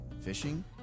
fishing